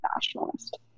Nationalist